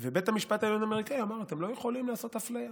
בית המשפט העליון אמר: אתם לא יכולים לעשות אפליה.